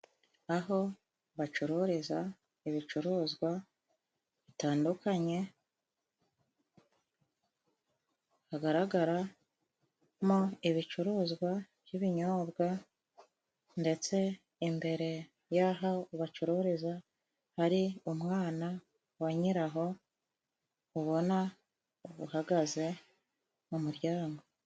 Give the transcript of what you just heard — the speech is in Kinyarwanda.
Aho bacururiza ibicuruzwa bitandukanye hagaragaramo ibicuruzwa by'ibinyobwa ndetse imbere y'aho bacururiza hari umwana wa nyiraho ubona uhagaze mu muryango.